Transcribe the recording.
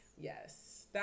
Yes